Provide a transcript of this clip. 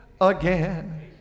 again